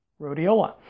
rhodiola